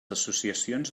associacions